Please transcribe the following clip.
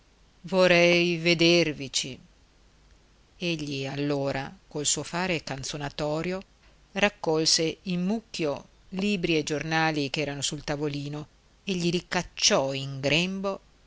dire vorrei vedervici egli allora col suo fare canzonatorio raccolse in mucchio libri e giornali ch'erano sul tavolino e glieli cacciò in grembo